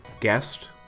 guest